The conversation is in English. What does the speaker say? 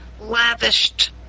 lavished